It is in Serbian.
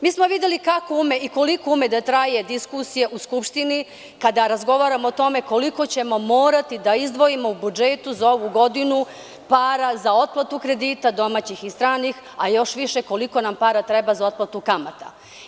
Mi smo videli kako ume i koliko ume da traje diskusija u Skupštini kada razgovaramo o tome koliko ćemo morati da izdvojimo u budžetu za ovu godinu para za otplatu kredita domaćih i stranih a još više koliko nam para treba za otplatu kamata.